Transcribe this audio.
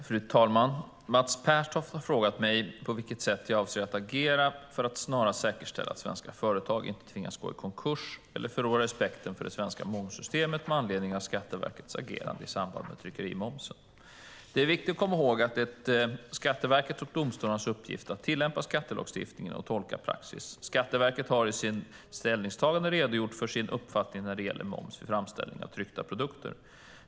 Fru talman! Mats Pertoft har frågat mig på vilket sätt jag avser att agera för att snarast säkerställa att svenska företag inte tvingas gå i konkurs eller förlorar respekten för det svenska momssystemet med anledning av Skatteverkets agerande i samband med tryckerimomsen. Det är viktigt att komma ihåg att det är Skatteverkets och domstolarnas uppgift att tillämpa skattelagstiftningen och tolka praxis. Skatteverket har i sitt ställningstagande redogjort för sin uppfattning när det gäller moms vid framställningen av tryckta produkter.